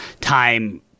time